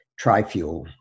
TriFuel